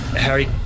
Harry